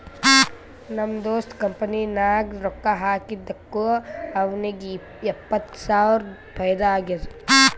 ನಮ್ ದೋಸ್ತ್ ಕಂಪನಿ ನಾಗ್ ರೊಕ್ಕಾ ಹಾಕಿದ್ದುಕ್ ಅವ್ನಿಗ ಎಪ್ಪತ್ತ್ ಸಾವಿರ ಫೈದಾ ಆಗ್ಯಾದ್